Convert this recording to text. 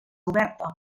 oberta